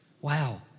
Wow